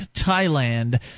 Thailand